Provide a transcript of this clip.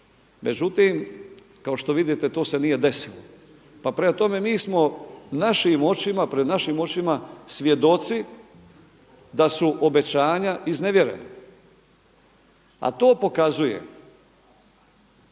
Međutim, kao što vidite to se nije desilo. Pa prema tome, mi smo našim očima, pred našim očima svjedoci da su obećanja iznevjerena, a to pokazuje